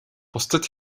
бусдад